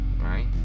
Right